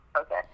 Okay